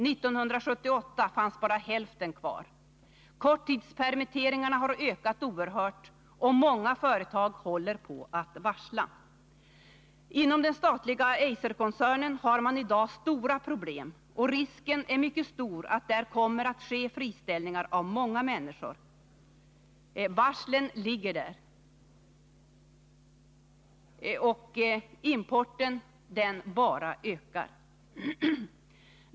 1978 fanns bara hälften kvar. Korttidspermitteringarna har ökat oerhört, och många företag håller på att varsla. Inom den statliga Eiserkoncernen har man i dag stora problem, och risken är mycket stor att där kommer att ske friställningar av många människor. Varslen ligger där, och importen bara ökar.